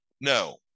No